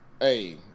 hey